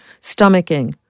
stomaching